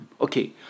okay